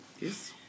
Yes